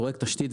פרויקט תשתית,